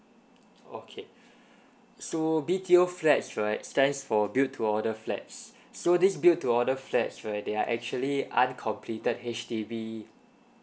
okay so B_T_O flats right stands for build to order flats so this build to order flats right they are actually uncompleted H_D_B